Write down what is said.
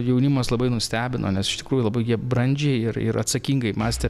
jaunimas labai nustebino nes iš tikrųjų labai jie brandžiai ir ir atsakingai mąstė